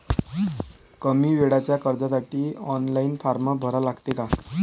कमी वेळेच्या कर्जासाठी ऑनलाईन फारम भरा लागते का?